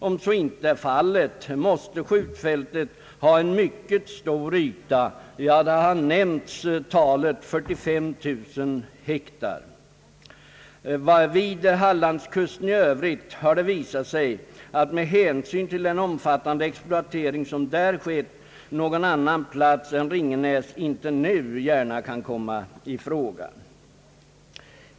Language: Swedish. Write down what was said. Om så icke är fallet måste skjutfältet ha en mycket stor yta; det har talats om cirka 45000 hektar. Vid Hallandskusten i övrigt har det visat sig, att med hänsyn till den omfattande exploatering som där skett någon annan plats än Ringenäs nu icke gärna kan komma i fråga.